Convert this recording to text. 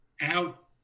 out